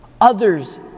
Others